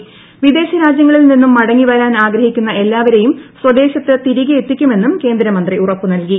കുടുതൽ വിദേശരാജ്യങ്ങളിൽ നിന്നും മടങ്ങിവരാൻ ആഗ്രഹിക്കുന്ന എല്ലാവരേയും സ്വദേശത്ത് തിരികെ എത്തിക്കുമെന്നും കേന്ദ്രമന്ത്രി ഉറപ്പ് നൽകി